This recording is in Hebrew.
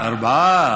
ארבעה.